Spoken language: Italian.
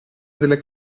delle